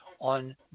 on